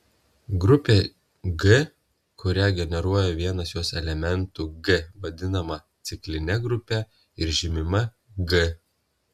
grupė g kurią generuoja vienas jos elementų g vadinama cikline grupe ir žymima g